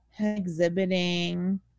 exhibiting